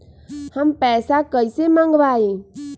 हम पैसा कईसे मंगवाई?